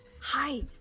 Hi